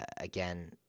again